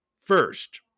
First